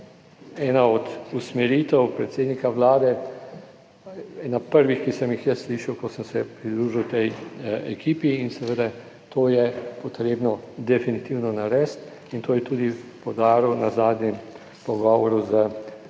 ena od usmeritev predsednika Vlade, ena prvih, ki sem jih jaz slišal, ko sem se pridružil tej ekipi in seveda to je potrebno definitivno narediti in to je tudi poudaril na zadnjem pogovoru z